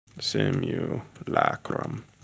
Simulacrum